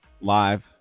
live